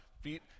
feet